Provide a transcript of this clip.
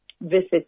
visit